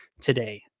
today